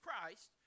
Christ